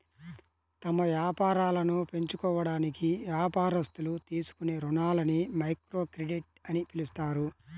తమ వ్యాపారాలను పెంచుకోవడానికి వ్యాపారస్తులు తీసుకునే రుణాలని మైక్రోక్రెడిట్ అని పిలుస్తారు